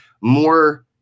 more